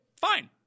Fine